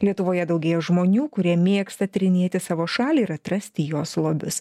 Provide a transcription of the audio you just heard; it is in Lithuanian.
lietuvoje daugėja žmonių kurie mėgsta tyrinėti savo šalį ir atrasti jos lobius